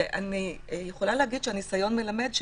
הניסיון מלמד,